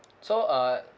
so uh